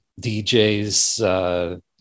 DJs